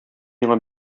миңа